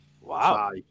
Wow